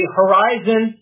horizon